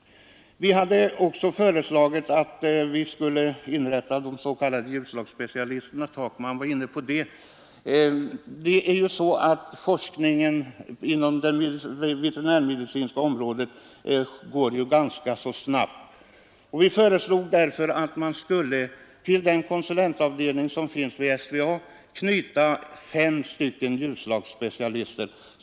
Vi har också föreslagit införande av s.k. djurslagsspecialister, vilket också herr Takman var inne på. Forskningen inom det veterinär medicinska området går ju ganska snabbt framåt. Vi har därför föreslagit att man, som en början, till konsulentavdelningen vid SVA skall knyta fem djurslagsspecialister.